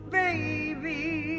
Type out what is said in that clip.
baby